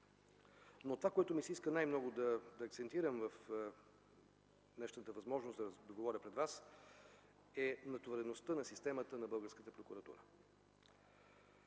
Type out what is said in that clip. Но това, на което ми се иска най-много да акцентирам в днешната възможност да говоря пред вас, е натовареността на системата на